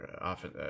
often